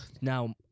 Now